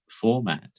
format